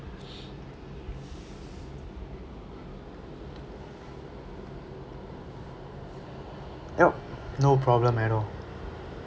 yup no problem at all